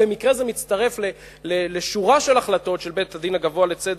המקרה זה מצטרף לשורה של החלטות של בית-הדין הגבוה לצדק,